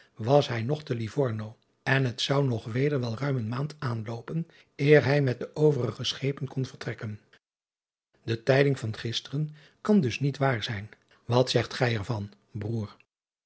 was hij nog te ivorno en het zou nog weder wel ruim een maand aanloopen eer hij met de overige schepen hon vertrekken e tijding van gisteren kan dus niet waar zijn wat zegt gij er van broêr